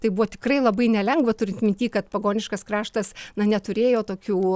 tai buvo tikrai labai nelengva turint minty kad pagoniškas kraštas na neturėjo tokių